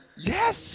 Yes